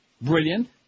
Brilliant